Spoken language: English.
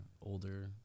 older